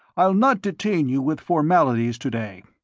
i'll not detain you with formalities today.